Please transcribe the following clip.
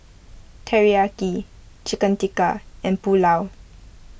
Teriyaki Chicken Tikka and Pulao